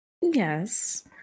Yes